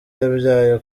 yabyaye